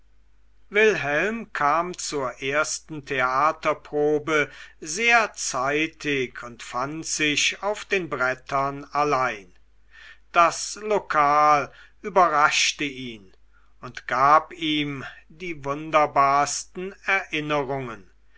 wilhelm kam zur ersten theaterprobe sehr zeitig und fand sich auf den brettern allein das lokal überraschte ihn und gab ihm die wunderbarsten erinnerungen